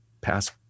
pass